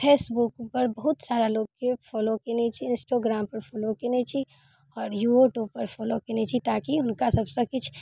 फेसबुकपर बहुत सारा लोकके फॉलो केने छी इंस्टोग्रामपर फॉलो केने छी आओर यूओ ट्यूब पर फॉलो केने छी ताकि हुनका सबसे किछ